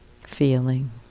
feeling